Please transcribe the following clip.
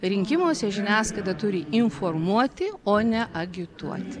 rinkimuose žiniasklaida turi informuoti o ne agituoti